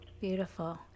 beautiful